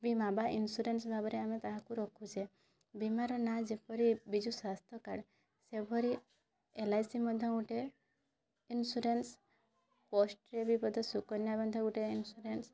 ବୀମା ବ ଇଂସୁରାନ୍ସ ଭାବରେ ଆମେ ତାହାକୁ ରଖୁଛେ ବୀମାର ନା ଯେପରି ବିଜୁ ସ୍ୱାସ୍ଥ୍ୟକାର୍ଡ଼୍ ସେଭଳି ଏଲ ଆଇ ସି ମଧ୍ୟ ଗୋଟେ ଇଂସୁରାନ୍ସ ପୋଷ୍ଟ୍ ରେ ଭି ମଧ୍ୟ ସୁକନ୍ୟା ଭି ମଧ୍ୟ ଇଂସୁରାନ୍ସ